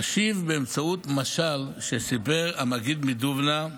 אשיב באמצעות משל שסיפר המגיד מדובנא,